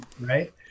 right